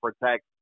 protect